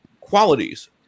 qualities